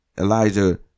Elijah